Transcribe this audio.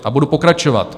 A budu pokračovat.